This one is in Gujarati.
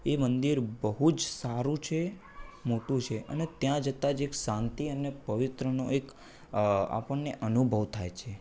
એ મંદિર બહુ જ સારું છે મોટું છે અને ત્યાં જતાં જે એક શાંતિ અને પવિત્રનો એક આપણને અનુભવ થાય છે